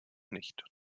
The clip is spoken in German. nicht